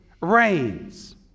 reigns